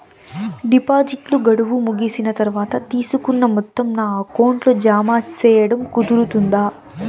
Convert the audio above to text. డిపాజిట్లు గడువు ముగిసిన తర్వాత, తీసుకున్న మొత్తం నా అకౌంట్ లో జామ సేయడం కుదురుతుందా?